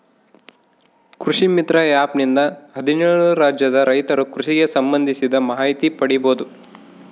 ಕೃಷಿ ಮಿತ್ರ ಆ್ಯಪ್ ನಿಂದ ಹದ್ನೇಳು ರಾಜ್ಯದ ರೈತರು ಕೃಷಿಗೆ ಸಂಭಂದಿಸಿದ ಮಾಹಿತಿ ಪಡೀಬೋದು